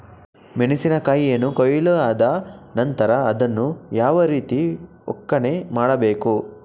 ಮೆಣಸಿನ ಕಾಯಿಯನ್ನು ಕೊಯ್ಲು ಆದ ನಂತರ ಅದನ್ನು ಯಾವ ರೀತಿ ಒಕ್ಕಣೆ ಮಾಡಬೇಕು?